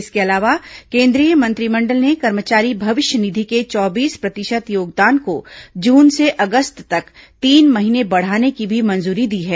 इसके अलावा केंद्रीय मंत्रिमंडल ने कर्मचारी भविष्य निधि के चौबीस प्रतिशत योगदान को जून से अगस्त तक तीन महीने बढ़ाने की भी मंजूरी दी है